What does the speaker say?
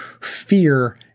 fear